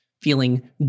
feeling